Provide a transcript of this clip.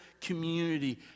community